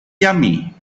yummy